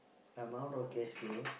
I'm out of cash bro